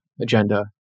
agenda